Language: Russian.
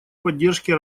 поддержке